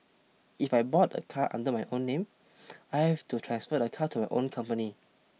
if I bought a car under my own name I have to transfer the car to my own company